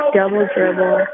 Double-dribble